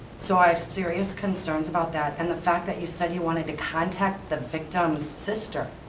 so i have serious concerns about that. and the fact that you said you wanted to contact the victim's sister,